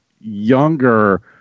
younger